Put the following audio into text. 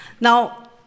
Now